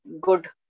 good